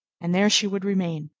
and there she would remain.